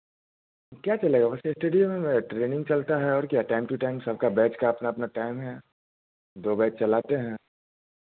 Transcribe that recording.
क्या चलेगा बस इस्टेडियम में ट्रेनिंग चलता है और क्या टाइम टू टाइम सबका बैच का अपना अपना टाइम है दो बैच चलाते हैं